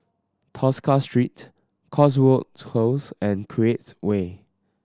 Tosca Street Cotswold Close and Create Way